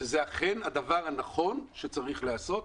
שזה אכן הדבר הנכון שצריך לעשות.